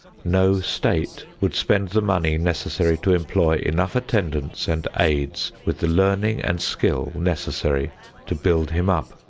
no state would spend the money necessary to employ enough attendants and aids with the learning and skill necessary to build him up.